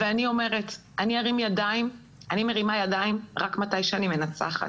ואני אומרת שאני מרימה ידיים רק כשאני מנצחת.